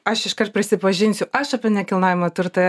aš iškart prisipažinsiu aš apie nekilnojamą turtą